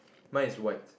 mine is white